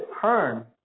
turn